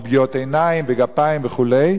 לאחר הטיפול, כמו פגיעות עיניים וגפיים וכו'